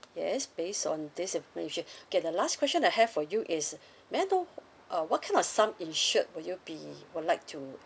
yes based on this information K the last question that I have for you is may I know uh what kind of sum insured would you be would like to